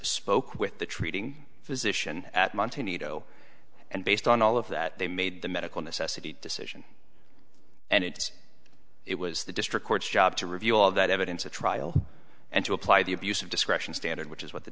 spoke with the treating physician at monte nido and based on all of that they made the medical necessity decision and it is it was the district court's job to review all of that evidence at trial and to apply the abuse of discretion standard which is what the